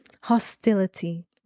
hostility